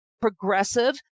progressive